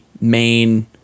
main